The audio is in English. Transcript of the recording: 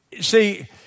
See